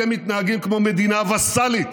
אתם מתנהגים כמו מדינה וסלית